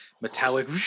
metallic